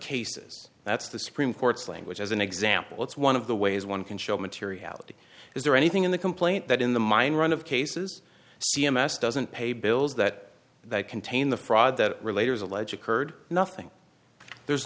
cases that's the supreme court's language as an example it's one of the ways one can show materiality is there anything in the complaint that in the mine run of cases c m s doesn't pay bills that contain the fraud that relate or is a legit curd nothing there's